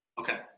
Okay